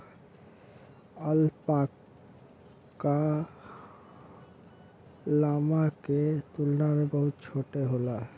alpaca, llama के तुलना में बहुत छोट होला